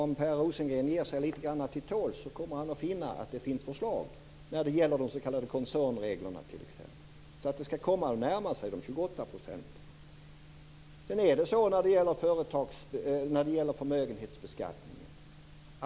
Om Per Rosengren ger sig till tåls kommer han att finna att det finns förslag när det gäller t.ex. koncernreglerna. Det kommer att närma sig Sedan var det förmögenhetsbeskattningen.